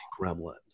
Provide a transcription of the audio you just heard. Gremlin